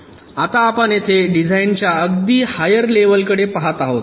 आता आपण येथे डिझाइनच्या अगदी हायर लेव्हल कडे पहात आहात